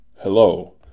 Hello